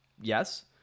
Yes